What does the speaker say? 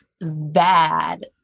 bad